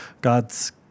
God's